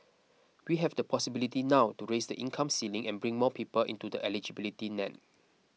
we have the possibility now to raise the income ceiling and bring more people into the eligibility net